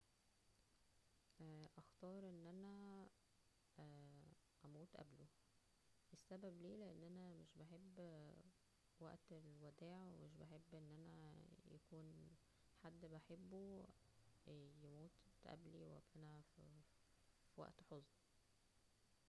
اه اختار ان انا اموت قبله, السبب ليه لان انا مش بحب بحب وقت الوداع ومش بحب ان انا حد يكون بحبه ايه يموت قبلى وابفى انا فى وقت حزن